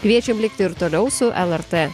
kviečiam likti ir toliau su lrt